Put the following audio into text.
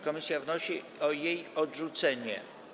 Komisja wnosi o jej odrzucenie.